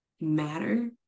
matter